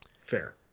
Fair